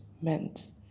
meant